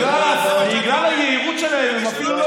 אני אומר שמי שמשקר הוא שקרן ומי שלא משקר הוא לא